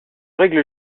règle